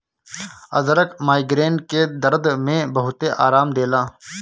अदरक माइग्रेन के दरद में बहुते आराम देला